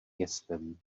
městem